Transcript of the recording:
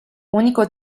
unico